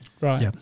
Right